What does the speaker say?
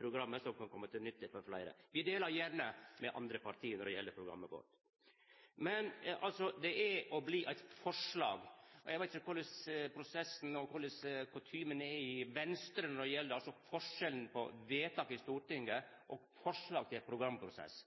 programmet som kan koma til nytte for fleire. Me deler gjerne med andre parti, når det gjeld programmet vårt. Men det er og vert eit forslag. Eg veit ikkje korleis prosessen og kutymen er i Venstre når det gjeld forskjellen på vedtak i Stortinget og forslag til programprosess.